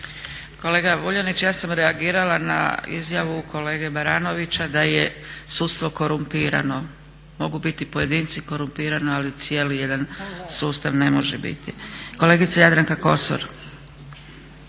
Kolega Vuljanić, ja sam reagirala na izjavu kolege Baranovića da je sudstvo korumpirano, mogu biti pojedinci korumpirani ali cijeli jedan sustav ne može biti. Kolegica Jadranka Kosor.